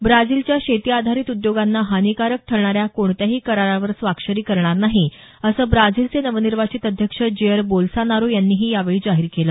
ब्राझिलच्या शेती आधारित उद्योगांना हानीकारक ठरणाऱ्या कोणत्याही करारावर स्वाक्षरी करणार नाही असं ब्राझीलचे नवनिर्वाचित अध्यक्ष जेयर बोल्सोनारो यांनीही यावेळी जाहीर केलं